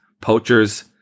poachers